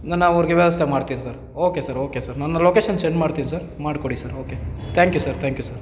ನಾನು ಅವ್ರಿಗೆ ವ್ಯವಸ್ಥೆ ಮಾಡ್ತಿನಿ sir okay sir okay sir ನನ್ನ ಲೊಕೇಶನ್ ಸೆಂಡ್ ಮಾಡ್ತಿನಿ ಸರ್ ಮಾಡಿಕೊಡಿ sir okay thank you sir thank you sir